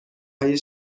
های